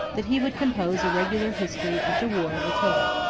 that he would compose a regular history of the war of attila.